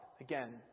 Again